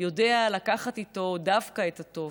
יודע לקח איתו דווקא את התוף?